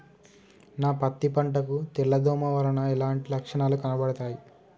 నా పత్తి పంట కు తెల్ల దోమ వలన ఎలాంటి లక్షణాలు కనబడుతాయి?